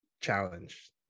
challenge